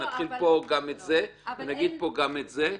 נתחיל פה גם את זה וגם את זה?